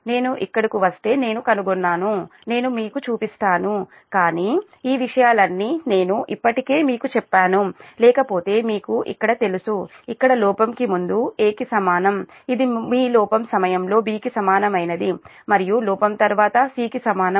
నేను ఇక్కడకు వస్తే నేను కనుగొన్నాను నేను మీకు చూపిస్తాను కాని ఈ విషయాలన్నీ నేను ఇప్పటికే మీకు చెప్పాను లేకపోతే మీకు ఇక్కడ తెలుసు ఇక్కడ లోపం కు ముందు A కి సమానం ఇది మీ లోపం సమయంలో B కి సమానమైనది మరియు లోపం తరువాత C కి సమానం